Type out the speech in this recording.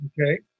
Okay